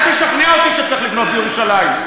אל תשכנע אותי שצריך לבנות בירושלים,